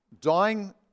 dying